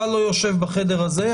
אתה לא יושב בחדר הזה,